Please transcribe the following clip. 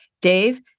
Dave